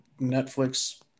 Netflix